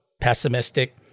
pessimistic